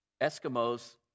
Eskimos